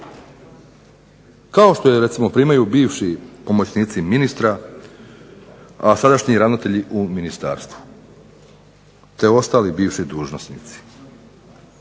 Kao što je recimo primaju bivši pomoćnici ministra, a sadašnji ravnatelji u ministarstvu te ostali bivši dužnosnici.